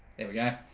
there we go